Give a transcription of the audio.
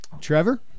Trevor